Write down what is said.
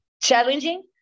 challenging